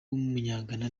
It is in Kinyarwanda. w’umunyagana